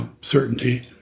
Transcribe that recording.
certainty